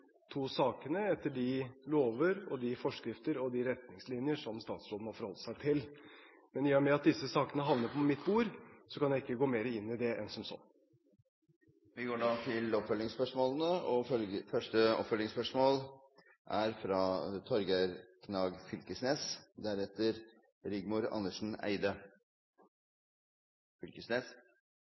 lover og forskrifter og retningslinjer som statsråden må forholde seg til, men i og med at disse sakene havner på mitt bord, kan jeg ikke gå mer inn i det enn som så. Det blir anledning til oppfølgingsspørsmål – først Torgeir Knag Fylkesnes.